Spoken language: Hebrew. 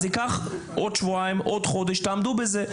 אז ייקח עוד שבועיים, עוד חודש אבל תעמדו בזה.